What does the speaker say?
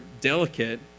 delicate